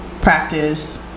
practice